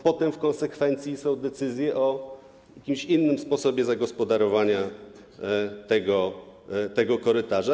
Potem w konsekwencji są decyzje o jakimś innym sposobie zagospodarowania tego korytarza.